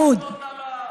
אף אחד לא תלה.